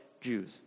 Jews